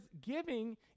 giving